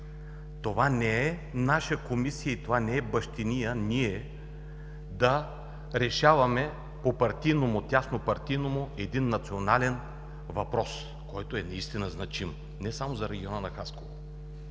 Това не е наша комисия и това не е бащиния, ние да решаваме по тясно партийно му един национален въпрос, който е наистина значим не само за региона на Хасково.